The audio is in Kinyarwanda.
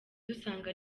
dusanga